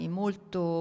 molto